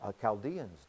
Chaldeans